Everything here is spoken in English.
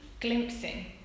glimpsing